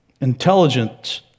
intelligence